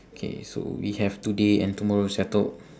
K so we have today and tomorrow settled